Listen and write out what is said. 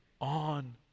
on